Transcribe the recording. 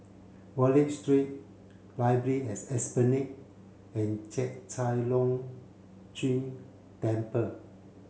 Wallich Street Library at Esplanade and Chek Chai Long Chuen Temple